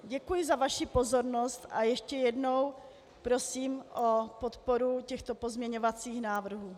Děkuji za vaši pozornost a ještě jednou prosím o podporu těchto pozměňovacích návrhů.